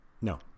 No